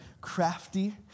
crafty